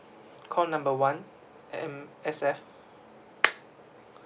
call number one M_S_F